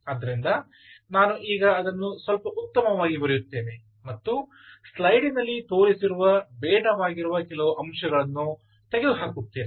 ಆದ್ದರಿಂದ ನಾನು ಈಗ ಅದನ್ನು ಸ್ವಲ್ಪ ಉತ್ತಮವಾಗಿ ಬರೆಯುತ್ತೇನೆ ಮತ್ತು ನಾನು ಸ್ಲೈಡಿನಲ್ಲಿ ತೋರಿಸಿರುವ ಬೇಡವಾಗಿರುವ ಕೆಲವು ಅಂಶಗಳನ್ನು ತೆಗೆದುಹಾಕುತ್ತೇನೆ